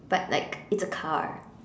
but like it's a car